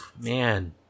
man